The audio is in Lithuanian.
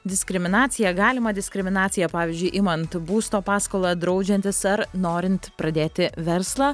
diskriminaciją galimą diskriminaciją pavyzdžiui imant būsto paskolą draudžiantis ar norint pradėti verslą